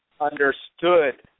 understood